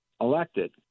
elected